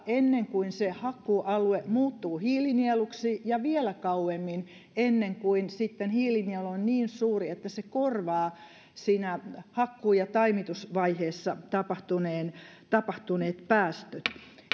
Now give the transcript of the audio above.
ennen kuin se hakkuualue muuttuu hiilinieluksi ja vielä kauemmin ennen kuin sitten hiilinielu on niin suuri että se korvaa siinä hakkuu ja taimitusvaiheessa tapahtuneet tapahtuneet päästöt